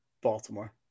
Baltimore